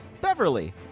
beverly